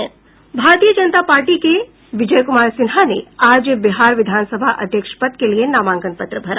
भारतीय जनता पार्टी के विजय कुमार सिन्हा ने आज बिहार विधानसभा अध्यक्ष पद के लिए नामांकन पत्र भरा